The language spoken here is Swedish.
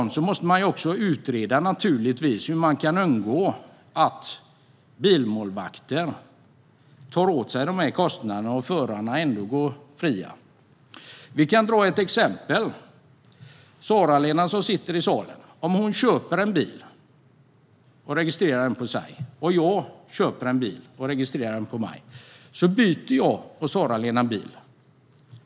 Men man måste naturligtvis också utreda hur man kan undgå att bilmålvakter tar på sig kostnaderna medan förarna går fria. Låt mig ta ett exempel. Låt oss anta att Sara-Lena, som sitter här i salen, köper en bil och registrerar den på sig själv och jag köper en bil och registrerar den på mig själv. Sedan byter vi bilar med varandra.